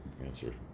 answer